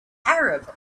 arab